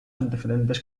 antecedentes